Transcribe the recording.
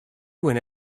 went